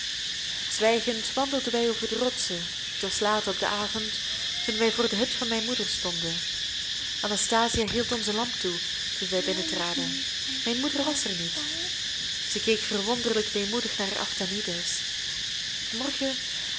zwijgend wandelden wij over de rotsen het was laat op den avond toen wij voor de hut van mijn moeder stonden anastasia hield ons de lamp toe toen wij binnentraden mijn moeder was er niet zij keek verwonderlijk weemoedig naar aphtanides